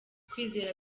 kwizera